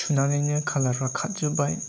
सुनानैनो कालारफ्रा खाथजोबबाय